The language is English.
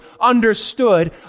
understood